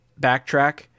backtrack